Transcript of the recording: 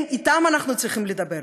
אתם אנחנו צריכים לדבר,